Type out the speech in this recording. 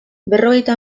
berrogeita